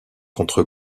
contre